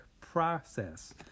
process